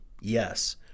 Yes